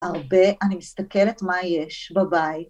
הרבה. אני מסתכלת מה יש בבית.